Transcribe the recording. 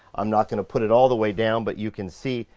i'm not gonna to put it all the way down, but you can see,